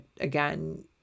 again